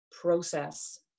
process